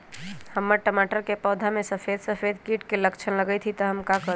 हमर टमाटर के पौधा में सफेद सफेद कीट के लक्षण लगई थई हम का करू?